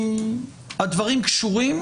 הדברים קשורים,